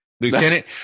lieutenant